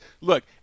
look